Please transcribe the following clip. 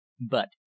But